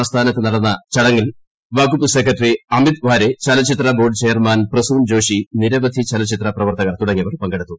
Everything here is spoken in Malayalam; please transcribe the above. ആസ്ഥാനത്ത് നടന്ന ചടന്ന ചടങ്ങിൽ വകുപ്പ് സെക്രട്ടറി അമിത് ഖാരെ ചലച്ചിത്ര ബോർഡ് ചെയർമാൻ പ്രസൂൺ ജോഷി നിരവധി ചലച്ചിത്ര പ്രവർത്തകർ തുടുണ്ടിയവർ പങ്കെടുത്തു